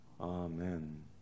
Amen